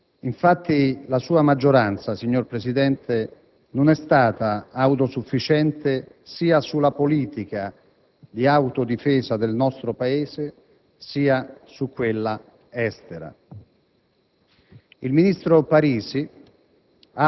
e noi siamo d'accordo. Infatti la sua maggioranza, signor Presidente, non è stata autosufficiente sia nella politica di autodifesa del nostro Paese sia in quella estera.